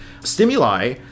stimuli